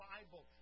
Bible